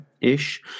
ish